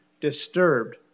disturbed